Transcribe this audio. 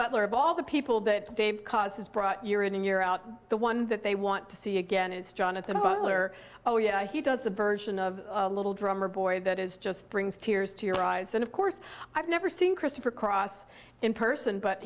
butler of all the people that dave cause has brought year in and year out the one that they want to see again is jonathan butler oh yeah he does the version of little drummer boy that is just brings tears to your eyes and of course i've never seen christopher cross in person but